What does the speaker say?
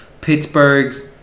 Pittsburgh's